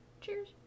cheers